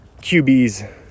QBs